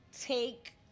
take